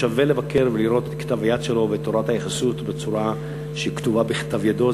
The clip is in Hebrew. שווה לבקר ולראות את כתב היד שלו ואת תורת היחסות כתובה בכתב ידו.